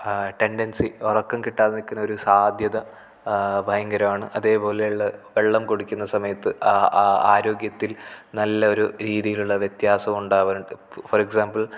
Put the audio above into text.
tendency ഉറക്കം കിട്ടാതെ നിൽക്കുന്നൊരു സാദ്ധ്യത ഭയങ്കരമാണ് അതേപോലെയുള്ള വെള്ളം കുടിക്കുന്ന സമയത്ത് ആരോഗ്യത്തിൽ നല്ലൊരു രീതിയിലുള്ള വ്യത്യാസവും ഉണ്ടാകും ഫോർ എക്സാമ്പിൾ